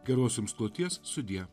geros jums kloties sudie